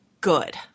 good